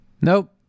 Nope